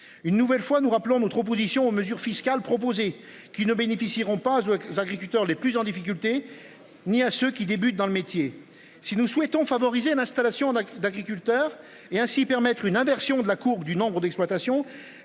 une nouvelle fois nous rappelons notre opposition aux mesures fiscales proposées qui ne bénéficieront pas agriculteurs les plus en difficulté, ni à ceux qui débutent dans le métier si nous souhaitons favoriser l'installation d'un d'agriculteurs et ainsi permettre une inversion de la courbe du nombre d'exploitations